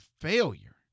failure